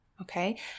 Okay